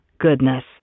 goodness